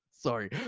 Sorry